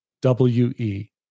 W-E